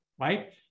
right